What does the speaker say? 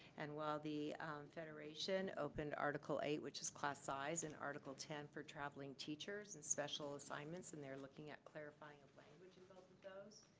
and while the federation opened up article eight, which is class size and article ten for traveling teachers and special assignments and they're looking at clarifying of language in both of those.